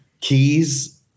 keys